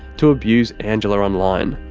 to abuse angela online.